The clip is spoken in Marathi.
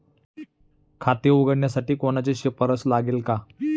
खाते उघडण्यासाठी कोणाची शिफारस लागेल का?